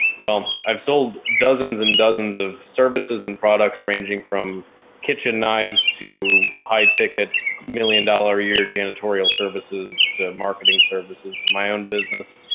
well, i've sold dozens and dozens of services and products ranging from kitchen knives to high ticket million dollar a year, janitorial services to marketing services to my own business.